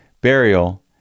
burial